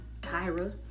Tyra